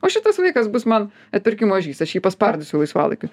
o šitas vaikas bus man atpirkimo ožys aš jį paspardysiu laisvalaikiu